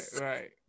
right